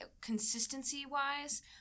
consistency-wise